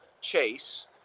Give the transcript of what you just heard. Chase